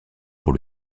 pour